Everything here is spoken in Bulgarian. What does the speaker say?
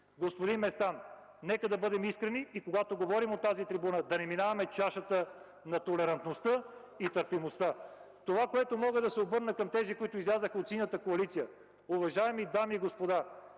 Господин Местан, нека да бъдем искрени и когато говорим от тази трибуна да не минаваме чашата на толерантността и търпимостта. Това, с което мога да се обърна към тези, които излязоха от Синята коалиция. Уважаеми дами и господа,